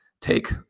take